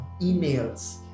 Emails